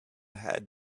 had